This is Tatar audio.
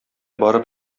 барып